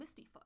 Mistyfoot